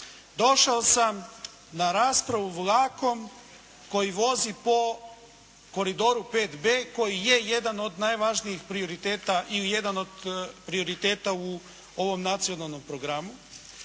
Došao sam na raspravu vlakom koji vozi po koridoru 5B koji je jedan od najvažnijih prioriteta ili jedan od prioriteta u ovom nacionalnom programu.